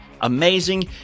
amazing